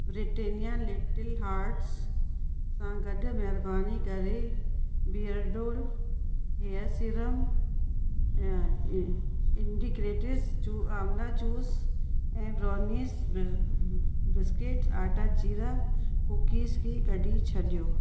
ब्रिटेनिया little hearts सां गॾु महिरबानी करे बीयरडो हेयर सीरम ऐं इन्डिग्रेटेस जू आमला जूस ऐं ब्रोनीस बिस्किट आटा जीरा कुकीस खे कढी छॾियो